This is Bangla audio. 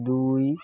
দুই